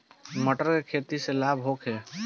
मटर के खेती से लाभ होखे?